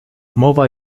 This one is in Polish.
mowa